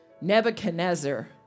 Nebuchadnezzar